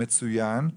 מצוין,